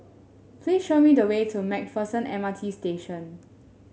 please show me the way to MacPherson M R T Station